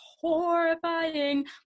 horrifying